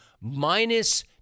minus